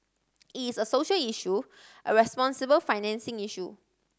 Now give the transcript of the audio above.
it is a social issue a responsible financing issue